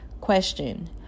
Question